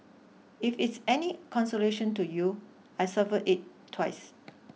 if it's any consolation to you I survived it twice